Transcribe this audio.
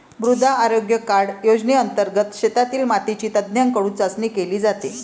मृदा आरोग्य कार्ड योजनेंतर्गत शेतातील मातीची तज्ज्ञांकडून चाचणी केली जाते